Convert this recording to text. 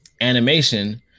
animation